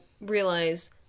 realize